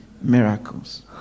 miracles